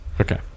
Okay